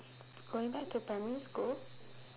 going back to primary school